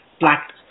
black